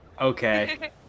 Okay